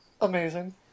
amazing